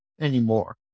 anymore